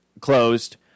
closed